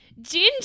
Ginger